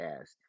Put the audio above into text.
asked